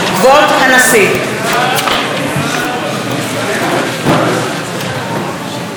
הנשיא! (חברי הכנסת מכבדים בקימה את צאת נשיא